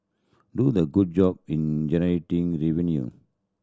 do the good job in generating revenue